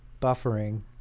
buffering